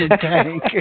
tank